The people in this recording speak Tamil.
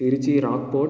திருச்சி ராக்போர்ட்